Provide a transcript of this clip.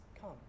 come